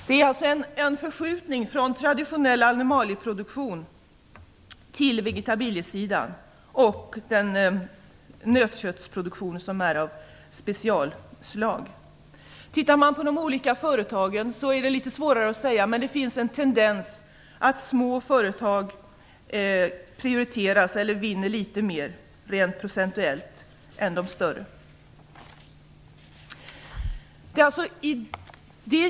Det blir alltså en förskjutning från traditionell animalieproduktion till vegetabiliesidan och till nötköttsproduktion av speciellt slag. Det är litet svårare att säga vad som händer med de olika företagen, men det finns en tendens till att små företag vinner litet mer rent procentuellt än de större.